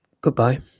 goodbye